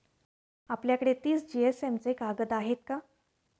आपल्याकडे तीस जीएसएम चे कागद आहेत का?